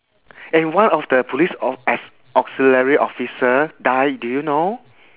and one of the police au~ as~ auxiliary officer die do you know